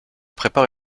prépare